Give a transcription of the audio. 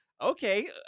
okay